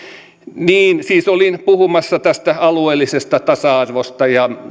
niin siis olin puhumassa tästä alueellisesta tasa arvosta ja